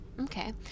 Okay